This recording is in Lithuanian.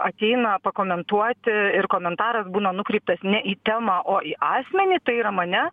ateina pakomentuoti ir komentaras būna nukreiptas ne į temą o į asmenį tai yra mane